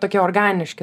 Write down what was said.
tokie organiški